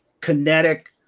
kinetic